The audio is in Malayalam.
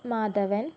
മാധവൻ